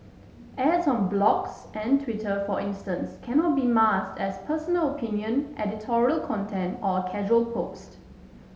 ads on blogs and Twitter for instance cannot be masked as personal opinion editorial content or a casual post